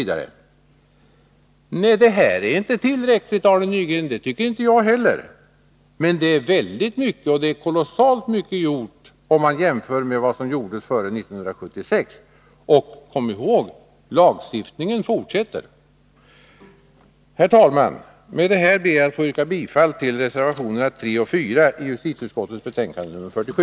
Det här är inte tillräckligt, Arne Nygren, det tycker inte jag heller. Men det är ändå väldigt mycket. Det är kolossalt mycket gjort, om man jämför med vad som gjordes före 1976. Och kom ihåg: Lagstiftningen fortsätter! Herr talman! Med det här ber jag att få yrka bifall till reservationerna 3 och 4 vid justitieutskottets betänkande nr 47.